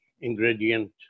ingredient